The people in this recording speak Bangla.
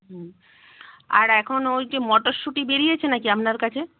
হুম আর এখন ওই যে মটরশুঁটি বেরিয়েছে না কি আপনার কাছে